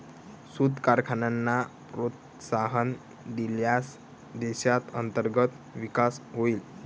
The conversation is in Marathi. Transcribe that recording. सूत कारखान्यांना प्रोत्साहन दिल्यास देशात अंतर्गत विकास होईल